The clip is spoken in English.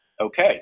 okay